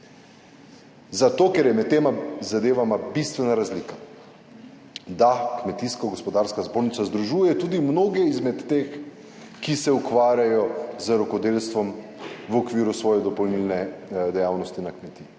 Zato ker je med tema zadevama bistvena razlika. Da, Kmetijsko-gospodarska zbornica združuje tudi mnoge izmed teh, ki se ukvarjajo z rokodelstvom v okviru svoje dopolnilne dejavnosti na kmetiji,